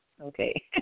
Okay